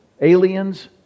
aliens